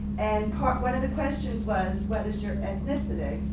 and one of the questions was what is your ethnicity.